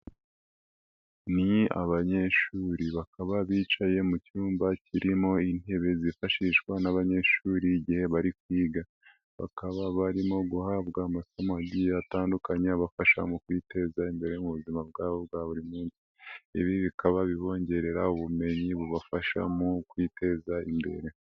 Ni abanyeshuri bakaba bicaye mu cyumba kirimo intebe zifashishwa n'abanyeshuri igihe bari kwiga, bakaba barimo guhabwa amasomo atandukanye abafasha mu kwiteza imbere mu buzima bwabo bwa buri munsi, ibi bikaba bibongerera ubumenyi bubafasha mu kwiteza imbere.